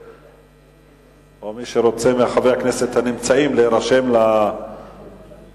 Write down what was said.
או מי מחברי הכנסת הנמצאים שרוצה להירשם להצעה,